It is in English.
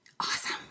awesome